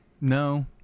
No